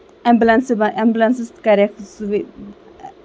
ایمبلَنسہٕ بَ ایمبلنسہٕ کَریکھ سُوِ